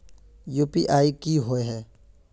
UPI की होय है?